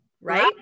right